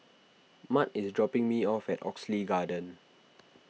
Mart is dropping me off at Oxley Garden